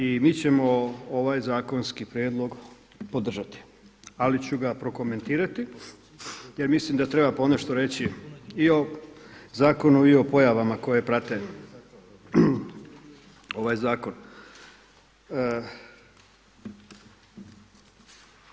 I mi ćemo ovaj zakonski prijedlog podržati, ali ću ga prokomentirati jer mislim da treba ponešto reći i o zakonu i o pojavama koje prate ovaj zakon.